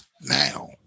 Now